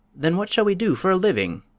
then what shall we do for a living?